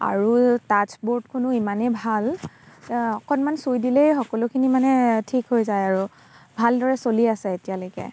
আৰু তাচ্চ ব'ৰ্ডখনো ইমানেই ভাল অকণমান চুই দিলেই সকলোখিনি মানে ঠিক হৈ যায় আৰু ভালদৰে চলি আছে এতিয়ালেকে